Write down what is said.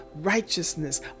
righteousness